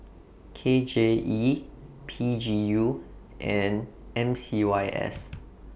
K J E P G U and M C Y S